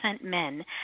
men